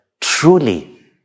truly